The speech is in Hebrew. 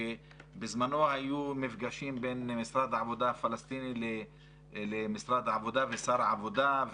שבזמנו היו מפגשים בין משרד העבודה הפלסטיני למשרד העבודה ושר העבודה.